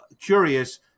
curious